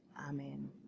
amen